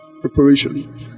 Preparation